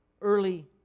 early